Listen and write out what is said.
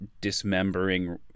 dismembering